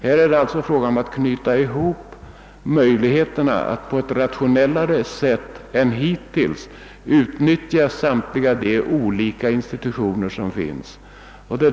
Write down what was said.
Här är det alltså fråga om att knyta ihop möjligheterna att på ett rationellare sätt än hittills utnyttja samtliga de olika institutioner som finns.